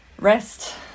rest